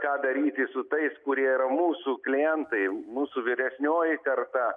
ką daryti su tais kurie yra mūsų klientai mūsų vyresnioji karta